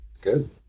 Good